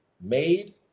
made